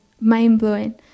mind-blowing